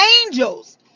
angels